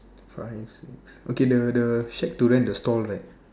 five six okay the the shack to rent the store right